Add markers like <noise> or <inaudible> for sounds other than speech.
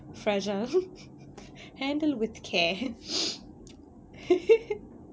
fragile <laughs> handle with care <laughs>